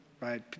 right